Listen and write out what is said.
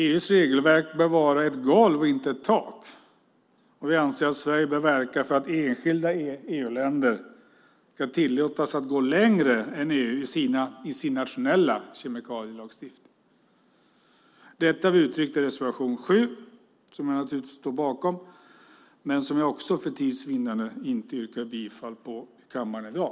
EU:s regelverk bör vara ett golv, inte ett tak, och vi anser att Sverige bör verka för att enskilda EU-länder ska tillåtas gå längre än EU i sin nationella kemikalielagstiftning. Detta har vi uttryckt i reservation 7, som jag naturligtvis står bakom men som jag för tids vinnande inte yrkar bifall till i dag.